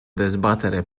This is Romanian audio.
dezbatere